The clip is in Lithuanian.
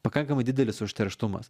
pakankamai didelis užterštumas